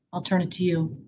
i'll turn it to you.